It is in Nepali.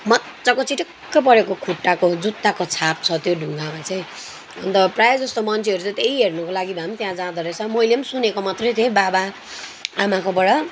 मजाको चिटिक्क परेको खुट्टाको जुत्ताको छाप छ त्यो ढुङ्गामा चाहिँ अन्त प्राय जस्तो मान्छेहरू चाहिँ त्यही हेर्नु लागि भए पनि त्यहाँ जाँदा रहेछ मैले नि सुनेको मात्रै थिएँ बाबा आमाकोबाट